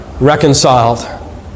reconciled